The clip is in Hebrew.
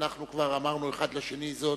אנחנו כבר אמרנו אחד לשני זאת,